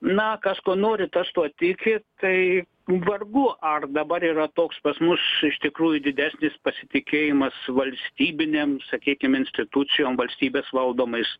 na kas kuo nori tas tuo tiki tai vargu ar dabar yra toks pas mus iš tikrųjų didesnis pasitikėjimas valstybinėm sakykim institucijom valstybės valdomais